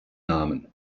namen